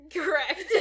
Correct